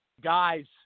Guys